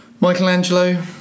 Michelangelo